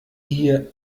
hier